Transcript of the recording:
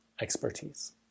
expertise